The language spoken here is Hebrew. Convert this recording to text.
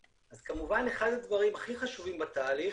אז כמובן אחד הדברים הכי חשובים בתהליך,